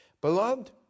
Beloved